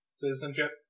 Citizenship